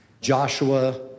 Joshua